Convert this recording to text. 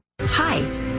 Hi